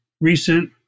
recent